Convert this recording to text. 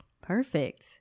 Perfect